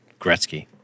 Gretzky